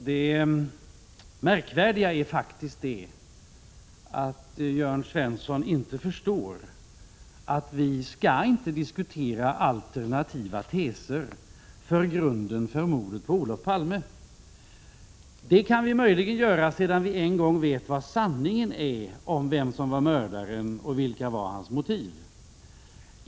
Herr talman! Det anmärkningsvärda är faktiskt att Jörn Svensson inte förstår att vi inte skall diskutera alternativa teser för grunden för mordet på Olof Palme. Det kan vi möjligen göra när vi en gång vet sanningen om vem som var mördaren och vilka hans motiv var.